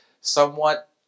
somewhat